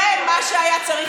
זה מה שהיה צריך לעשות עכשיו?